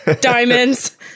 diamonds